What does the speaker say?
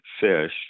fish